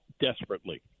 desperately